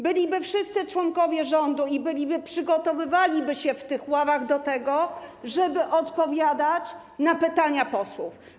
Byliby wszyscy członkowie rządu i przygotowywaliby się w tych ławach do tego, żeby odpowiadać na pytania posłów.